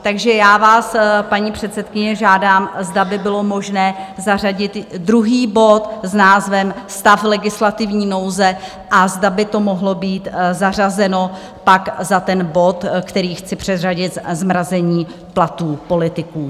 Takže já vás, paní předsedkyně, žádám, zda by bylo možné zařadit druhý bod s názvem Stav legislativní nouze a zda by to mohlo být zařazeno pak za ten bod, který chci předřadit zmrazení platů politiků.